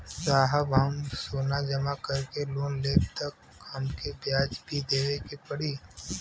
साहब हम सोना जमा करके पैसा लेब त हमके ब्याज भी देवे के पड़ी?